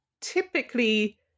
typically